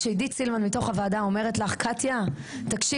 כשעידית סילמן מתוך הוועדה אומרת לך "קטיה תקשיבי,